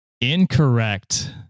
incorrect